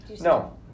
No